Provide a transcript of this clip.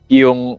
yung